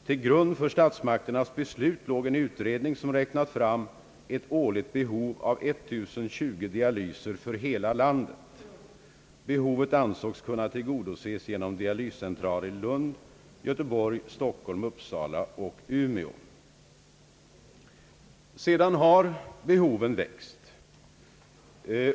Till grund för statsmakternas beslut låg en utredning som räknats fram från ett årligt behov av 1020 dialyser för hela landet. Behovet ansågs kunna tillgodoses genom dialyscentraler i Lund, Göteborg, Stockholm, Uppsala och Umeå. Sedan har behoven växt.